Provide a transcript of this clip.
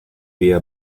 via